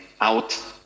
out